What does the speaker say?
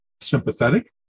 sympathetic